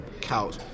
couch